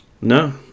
no